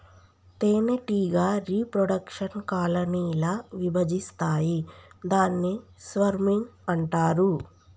తేనెటీగ reproduction colony ల విభజిస్తాయి దాన్ని స్వర్మింగ్ అంటారు